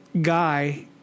guy